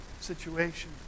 situation